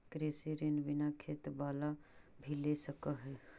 कृषि ऋण बिना खेत बाला भी ले सक है?